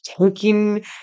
Taking